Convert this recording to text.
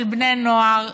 של בני נוער,